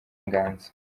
inganzo